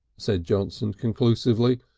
said johnson conclusively.